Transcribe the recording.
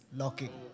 locking